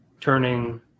turning